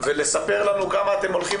ולספר לנו כמה אתם הולכים